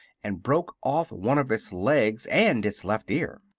and broke off one of its legs and its left ear.